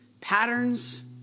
patterns